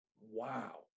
wow